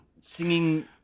singing